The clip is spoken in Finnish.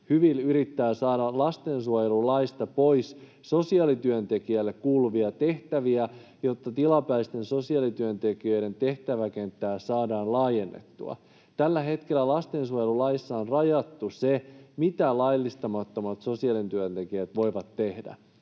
Hyvil yrittää saada lastensuojelulaista pois sosiaalityöntekijöille kuuluvia tehtäviä, jotta tilapäisten sosiaalityöntekijöiden tehtäväkenttää saadaan laajennettua. Tällä hetkellä lastensuojelulaissa on rajattu se, mitä laillistamattomat sosiaalityöntekijät voivat tehdä.